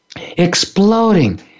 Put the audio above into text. Exploding